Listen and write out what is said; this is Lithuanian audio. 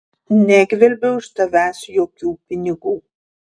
negvelbiau iš tavęs jokių pinigų